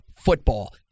football